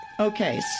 Okay